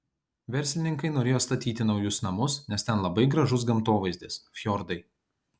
verslininkai norėjo statyti naujus namus nes ten labai gražus gamtovaizdis fjordai